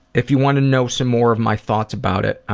if you want to know some more of my thoughts about it,